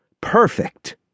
Perfect